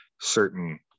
certain